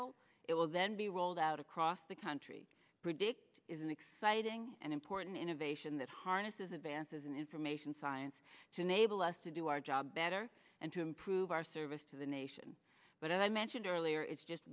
successful it will then be rolled out across the country predict is an exciting and important innovation that harnesses advances in information science to enable us to do our job better and to improve our service to the nation but as i mentioned earlier it's just